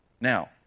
Now